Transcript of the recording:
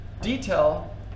detail